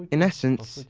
in essence,